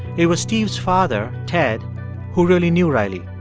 it was steve's father ted who really knew riley.